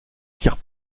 tiers